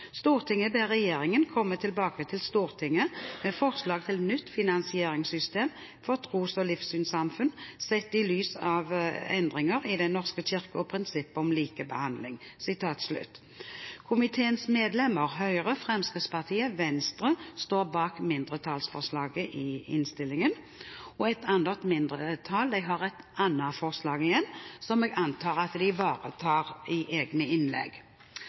til nytt finansieringssystem for tros- og livssynssamfunn, sett i lys av endringer i Den norske kirke og prinsippet om likebehandling.» Komiteens medlemmer fra Høyre, Fremskrittspartiet og Venstre står bak et mindretallsforslag i innstillingen. Et annet mindretall har et annet forslag, som jeg antar at de ivaretar i egne innlegg.